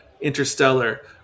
interstellar